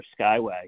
skyway